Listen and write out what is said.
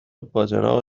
باجناق